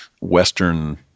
western